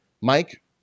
Mike